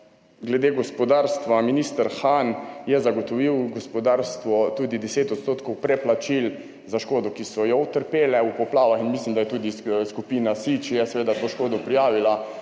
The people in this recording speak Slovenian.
glede gospodarstva. Minister Han je zagotovil gospodarstvu tudi 10 % preplačil za škodo, ki so jo utrpele v poplavah, in mislim, da je tudi skupina SIJ, če je seveda to škodo prijavila,